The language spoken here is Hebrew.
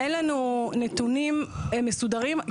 אין לנו נתונים מסודרים.